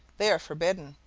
they are forbidden,